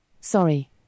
Sorry